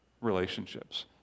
relationships